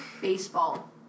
Baseball